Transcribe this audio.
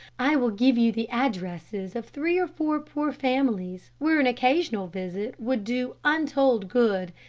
i will give you the addresses of three or four poor families, where an occasional visit would do untold good.